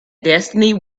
destiny